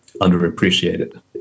underappreciated